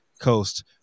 Coast